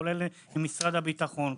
כולל משרד הביטחון,